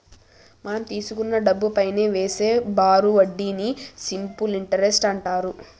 మనం తీసుకున్న డబ్బుపైనా వేసే బారు వడ్డీని సింపుల్ ఇంటరెస్ట్ అంటారు